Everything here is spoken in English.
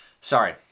Sorry